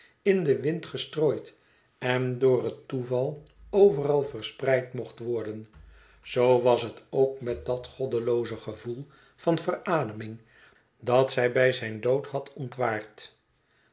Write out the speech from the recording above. in den wind gestrooid en door het toeval overal verspreid mocht worden zoo was het ook met dat goddelooze gevoel van verademing dat zij bij zijn dood had ontwaard